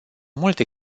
multe